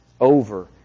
Over